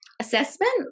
assessment